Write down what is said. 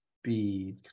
speed